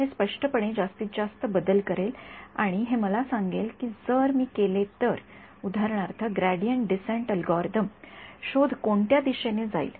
हे स्पष्टपणे जास्तीत जास्त बदल करेल आणि हे मला सांगेल की जर मी केले तर उदाहरणार्थ ग्रेडीयंटडिसेंट अल्गोरिदम शोध कोणत्या दिशेने जाईल